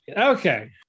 Okay